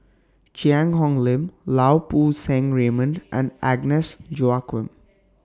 Cheang Hong Lim Lau Poo Seng Raymond and Agnes Joaquim